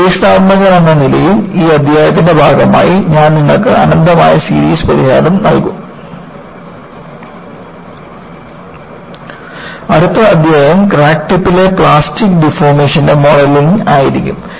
ഒരു പരീക്ഷണാത്മകനെന്ന നിലയിൽ ഈ അധ്യായത്തിന്റെ ഭാഗമായി ഞാൻ നിങ്ങൾക്ക് അനന്തമായ സീരീസ് പരിഹാരം നൽകും അടുത്ത അധ്യായം ക്രാക്ക് ടിപ്പിലെ പ്ലാസ്റ്റിക് ഡീഫോർമേഷൻന്റെ മോഡലിംഗ് ആയിരിക്കും